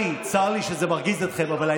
זה לא נכון.